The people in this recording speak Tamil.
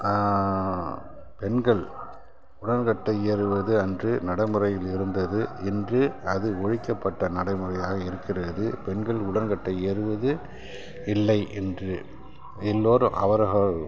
பெண்கள் உடன்கட்டை ஏறுவது அன்று நடைமுறையில் இருந்தது இன்று அது ஒழிக்கப்பட்ட நடைமுறையாக இருக்கிறது பெண்கள் உடன்கட்டை ஏறுவது இல்லை என்று எல்லோரும் அவர்க